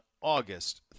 August